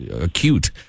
acute